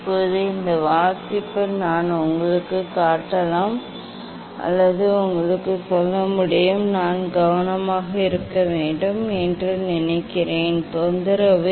இப்போதே இந்த வாசிப்பு நான் உங்களுக்குக் காட்டலாம் அல்லது உங்களுக்கு சொல்ல முடியும் நான் கவனமாக இருக்க வேண்டும் என்று நினைக்கிறேன் தொந்தரவு